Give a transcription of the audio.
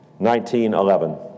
1911